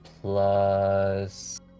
plus